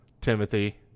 Timothy